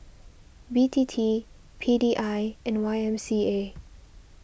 B T T P D I and Y M C A